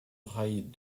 rails